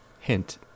hint